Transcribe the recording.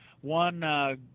one